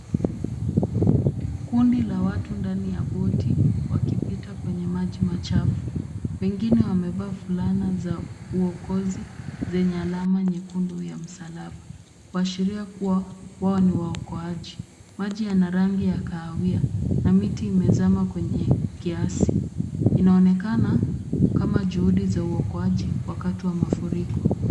Kundi la watu ndani ya boti wakipita kwenye maji machafu. Wengine wamevaa fulana za uwokozi zenye alama nyekundu ya msalaba kuashiria kuwa wao ni waokoaji. Maji yana rangi ya kahawia na miti imezama kwenye kiasi, inaonekana kama juhudi za waokoaji wakati wa mafuriko.